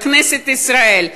בכנסת ישראל,